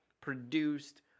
produced